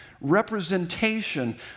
representation